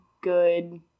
good